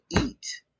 eat